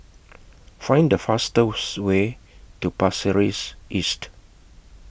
Find The fastest Way to Pasir Ris East